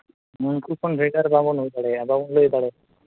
ᱱᱩᱠᱩ ᱠᱷᱚᱱ ᱵᱷᱮᱜᱟᱨ ᱵᱟᱵᱚᱱ ᱦᱩᱭ ᱫᱟᱲᱮᱭᱟᱜᱼᱟ ᱵᱟᱵᱚᱱ ᱞᱟᱹᱭ ᱫᱟᱲᱮᱭᱟᱜᱼᱟ